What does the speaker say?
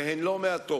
והן לא מעטות.